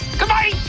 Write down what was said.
Goodbye